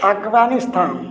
Afghanistan